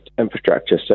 infrastructure